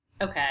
Okay